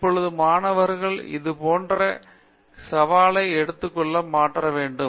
இப்போது மாணவர்கள் இது போன்ற சவாலை எடுத்து மாற்ற வேண்டும்